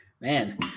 Man